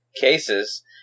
cases